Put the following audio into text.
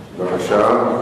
בבקשה.